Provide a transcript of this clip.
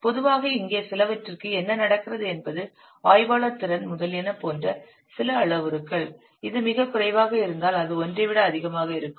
பொதுவாக இங்கே சிலவற்றிற்கு என்ன நடக்கிறது என்பது ஆய்வாளர் திறன் முதலியன போன்ற சில அளவுருக்கள் இது மிகக் குறைவாக இருந்தால் அது 1 ஐ விட அதிகமாக இருக்கும்